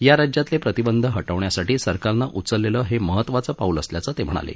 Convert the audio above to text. या राज्यातले प्रतिबंध हटवण्यासाठी सरकारनं उचललेलं हे महत्वाचं पाऊल असल्याचं ते म्हणाले